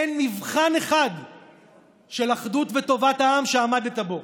אין מבחן אחד של אחדות וטובת העם שעמדת בו,